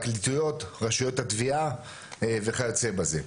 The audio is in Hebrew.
ופרקליטויות, רשויות התביעה וכיוצא בזה.